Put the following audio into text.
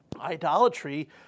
idolatry